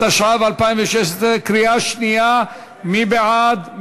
התשע"ו 2016, קריאה שנייה, מי בעד?